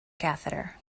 catheter